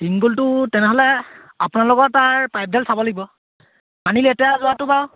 চিংগলটো তেনেহ'লে আপোনালোকৰ তাৰ পাইপডাল চাব লাগিব পানী লেতেৰা যোৱাটো বাৰু